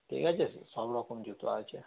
ঠিক আছে সব রকম জুতো আছে